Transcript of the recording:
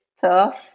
tough